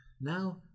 Now